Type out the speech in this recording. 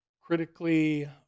critically